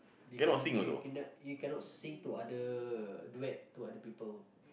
you can you cannot you cannot sing to other duet to other people